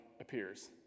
appears